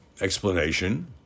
explanation